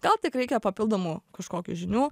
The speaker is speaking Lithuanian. gal tik reikia papildomų kažkokių žinių